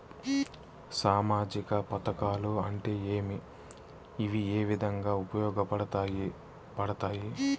సామాజిక పథకాలు అంటే ఏమి? ఇవి ఏ విధంగా ఉపయోగపడతాయి పడతాయి?